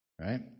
Right